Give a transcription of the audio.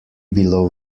bilo